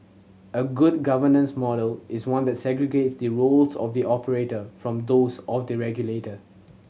a good governance model is one that segregates the roles of the operator from those of the regulator